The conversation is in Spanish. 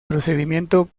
procedimiento